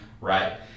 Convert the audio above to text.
Right